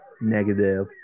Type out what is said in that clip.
negative